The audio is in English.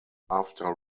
after